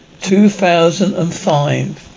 2005